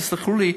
תסלחו לי,